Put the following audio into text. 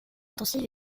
intensive